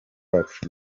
wacu